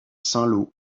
saint